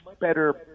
better